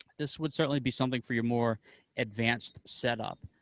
this would certainly be something for your more advanced setup,